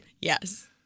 Yes